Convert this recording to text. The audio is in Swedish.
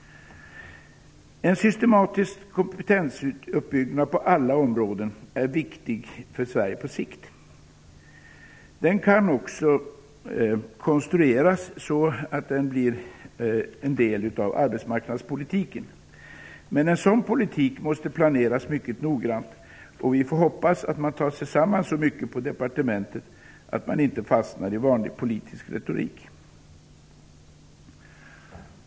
En systematisk kompetensuppbyggnad på alla områden är viktig för Sverige på sikt. Den kan också konstrueras så att den blir en del av arbetsmarknadspolitiken. Men en sådan politik måste planeras mycket noggrant. Vi får hoppas att man tar sig samman så mycket på departementet att man inte fastnar i vanlig politisk retorik.